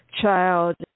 child